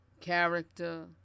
character